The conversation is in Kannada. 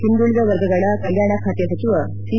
ಹಿಂದುಳಿದ ವರ್ಗಗಳ ಕಲ್ಕಾಣ ಖಾತೆ ಸಚಿವ ಎಂ